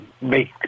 make